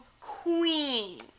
queen